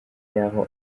y’aho